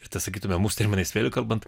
ir tą sakytume mūsų terminais kalbant